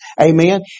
Amen